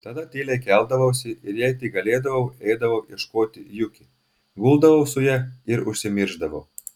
tada tyliai keldavausi ir jei tik galėdavau eidavau ieškoti juki guldavau su ja ir užsimiršdavau